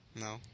No